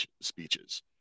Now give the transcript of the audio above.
speeches